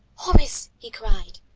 horace, he cried,